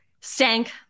stank